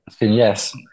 yes